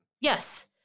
Yes